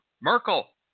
Merkel